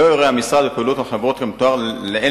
לא יראה המשרד בפעילות החברות כמתואר לעיל